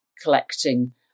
collecting